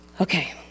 Okay